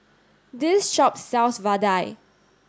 this shop sells Vadai